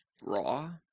Raw